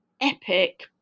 epic